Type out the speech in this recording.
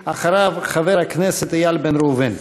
אחריו, חבר הכנסת איל בן ראובן.